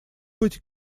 быть